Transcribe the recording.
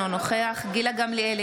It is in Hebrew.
אינו נוכח גילה גמליאל,